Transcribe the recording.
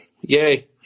yay